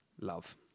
love